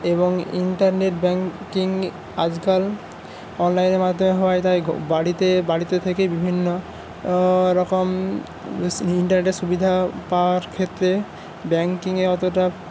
এবং internet banking আজকাল অনলাইনের মাধ্যমে হয়ে থাকে বাড়িতে বাড়িতে থেকে বিভিন্ন রকম ইন্টারনেটে সুবিধা পাওয়ার ক্ষেত্রে ব্যাংকিংয়ে অতটা